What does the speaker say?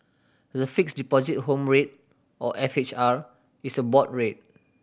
the Fixed Deposit Home Rate or F H R is a board rate